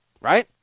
Right